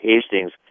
Hastings